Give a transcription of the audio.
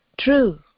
true